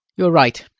you are right.